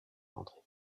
andré